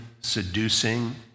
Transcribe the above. seducing